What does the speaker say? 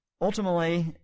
Ultimately